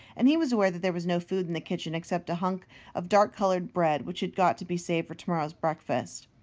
and he was aware that there was no food in the kitchen except a hunk of dark-coloured bread which had got to be saved for tomorrow's breakfast.